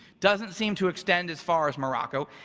doesn't seem to extend as far as morocco.